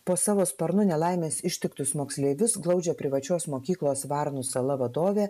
po savo sparnu nelaimės ištiktus moksleivius glaudžia privačios mokyklos varnų sala vadovė